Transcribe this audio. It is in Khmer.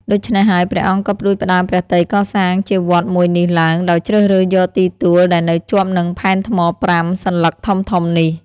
ដូច្នេះហើយ ព្រះអង្គក៏ផ្តួចផ្តើមព្រះទ័យកសាងជាវត្តមួយនេះឡើងដោយជ្រើសរើសយកទីទួលដែលនៅជាប់នឹងផែនថ្ម ៥ សន្លឹកធំៗនេះ។